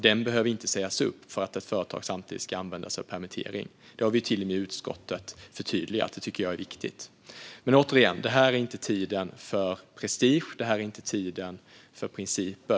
Den behöver inte sägas upp för att ett företag samtidigt ska använda sig av permittering. Det har vi till och med förtydligat i utskottet. Det tycker jag är viktigt. Men återigen: Det här är inte tiden för principer. Det här är inte tiden för prestige.